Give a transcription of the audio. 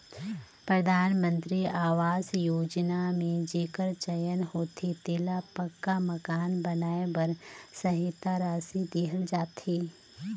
परधानमंतरी अवास योजना में जेकर चयन होथे तेला पक्का मकान बनाए बर सहेता रासि देहल जाथे